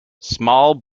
small